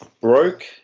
broke